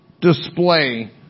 display